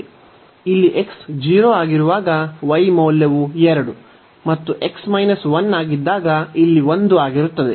ಇಲ್ಲಿ x 0 ಆಗಿರುವಾಗ y ಮೌಲ್ಯವು 2 ಮತ್ತು x 1 ಆಗಿದ್ದಾಗ ಇಲ್ಲಿ 1 ಆಗಿರುತ್ತದೆ